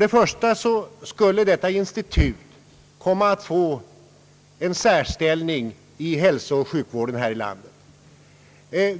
Detta institut skulle komma att få en särställning ur hälsooch sjukvårdssynpunkt här i landet.